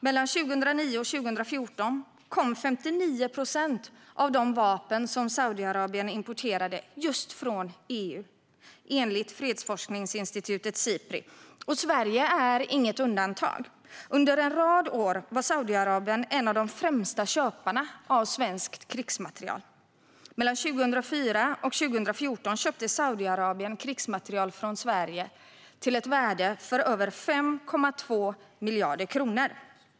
Mellan 2009 och 2014 kom 59 procent av de vapen Saudiarabien som importerade från just EU, enligt fredsforskningsinstitutet Sipri. Sverige är inget undantag. Under en rad år var Saudiarabien en av de främsta köparna av svensk krigsmateriel. Mellan 2004 och 2014 köpte Saudiarabien krigsmateriel från Sverige för över 5,2 miljarder kronor.